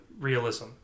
realism